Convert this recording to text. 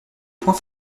point